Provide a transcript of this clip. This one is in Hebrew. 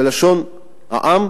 בלשון העם,